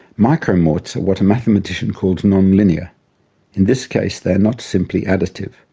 micromorts are what a mathematician calls nonlinear in this case they are not simply additive.